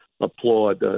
applaud